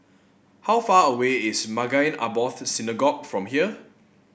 how far away is Maghain Aboth Synagogue from here